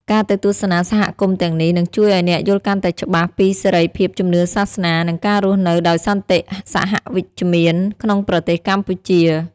ការទៅទស្សនាសហគមន៍ទាំងនេះ នឹងជួយឱ្យអ្នកយល់កាន់តែច្បាស់ពីសេរីភាពជំនឿសាសនា និងការរស់នៅដោយសន្តិសហវិជ្ជមានក្នុងប្រទេសកម្ពុជា។